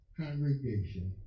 congregation